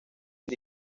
los